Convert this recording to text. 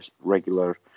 regular